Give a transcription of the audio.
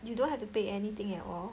you don't have to pay anything at all